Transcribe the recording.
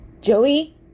Joey